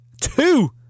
two